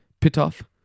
Pitoff